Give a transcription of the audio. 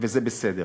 וזה בסדר.